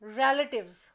relatives